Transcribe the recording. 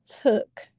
took